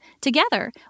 Together